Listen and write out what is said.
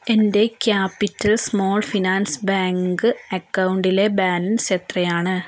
എൻ്റെ capital small finance bank അക്കൗണ്ടിലെ balance എത്രയാണ്